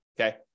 okay